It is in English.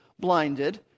blinded